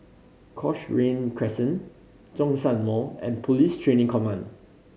Cochrane Crescent Zhongshan Mall and Police Training Command